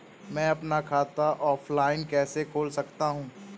मैं अपना खाता ऑफलाइन कैसे खोल सकता हूँ?